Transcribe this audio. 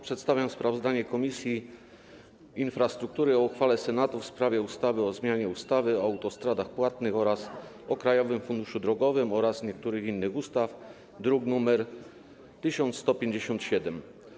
Przedstawiam sprawozdanie Komisji Infrastruktury o uchwale Senatu w sprawie ustawy o zmianie ustawy o autostradach płatnych oraz o Krajowym Funduszu Drogowym oraz niektórych innych ustaw, druk nr 1157.